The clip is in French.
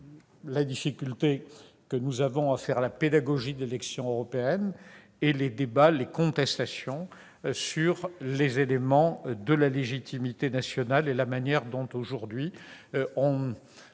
la difficulté que nous avons à faire de la pédagogie sur les élections européennes, les débats, les contestations sur les éléments de la légitimité nationale et sur la manière dont, aujourd'hui, on